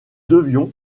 devions